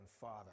father